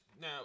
Now